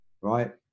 right